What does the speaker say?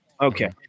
okay